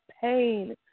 pain